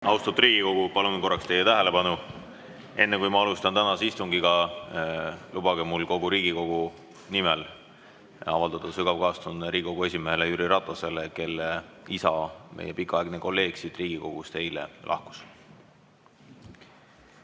Austatud Riigikogu! Palun korraks teie tähelepanu. Enne, kui alustan tänast istungit, lubage mul kogu Riigikogu nimel avaldada sügavat kaastunnet Riigikogu esimehele Jüri Ratasele, kelle isa, meie pikaaegne kolleeg siin Riigikogus, eile lahkus. Nüüd